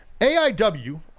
AIW